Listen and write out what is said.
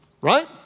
Right